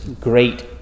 great